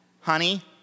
honey